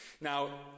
Now